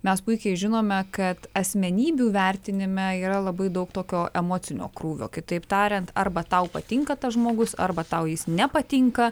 mes puikiai žinome kad asmenybių vertinime yra labai daug tokio emocinio krūvio kitaip tariant arba tau patinka tas žmogus arba tau nepatinka